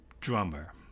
drummer